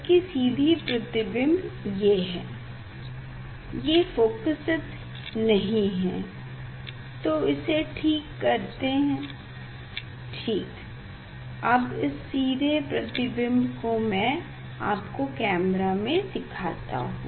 इसकी सीधी प्रतिबिम्ब ये है ये फोकसीत नहीं है तो इसे ठीक करते है ठीक अब इस सीधे प्रतिबिम्ब को मैं आपको कैमरा में दिखाता हूँ